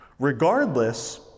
Regardless